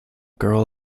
girl